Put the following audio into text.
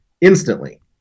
instantly